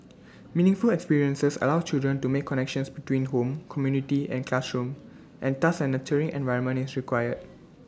meaningful experiences allow children to make connections between home community and classroom and thus A nurturing environment is required